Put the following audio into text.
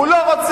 הוא לא רוצה.